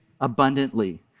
abundantly